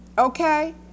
Okay